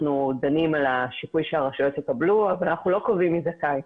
אנחנו דנים על השיפוי שהרשויות יקבלו אבל אנחנו לא קובעים מי זכאי.